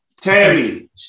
Tammy